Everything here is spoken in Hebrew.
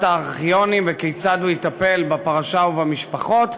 הארכיונים וכיצד הוא יטפל בפרשה ובמשפחות,